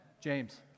James